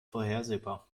vorhersehbar